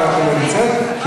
השרה לא נמצאת פה,